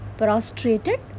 Prostrated